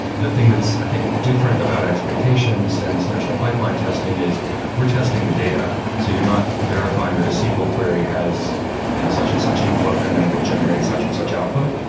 the thing that's i think different about expectations and this notion of pipeline testing is we're testing the data. so you're not verifying that a sql query has you know such and such input and then will generate such and such output.